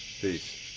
Peace